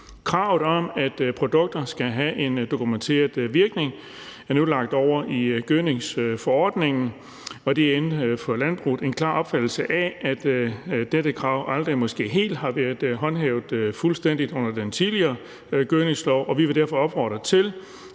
Kravet om, at produkter skal have en dokumenteret virkning, er nu lagt over i gødningsforordningen. Der er inden for landbruget en klar opfattelse af, at dette krav måske aldrig helt har været håndhævet fuldstændigt under den tidligere gødskningslov, og vi vil derfor opfordre til,